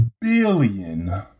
Billion